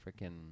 freaking